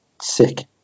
sick